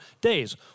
days